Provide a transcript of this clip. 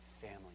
family